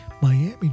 Miami